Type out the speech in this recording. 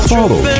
Follow